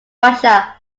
russia